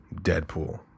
Deadpool